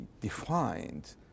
defined